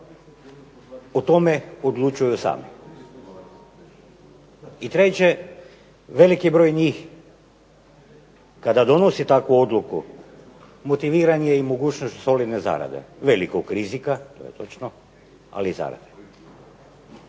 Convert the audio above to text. o tome odlučuju u Saboru. I treće, velik je broj njih kada donosi takvu odluku motiviran je i mogućnošću solidne zarade, velikog rizika to je točno, ali i zarade.